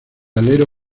alero